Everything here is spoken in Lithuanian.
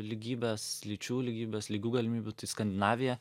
lygybės lyčių lygybės lygių galimybių tai skandinavija